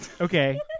Okay